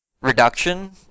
reduction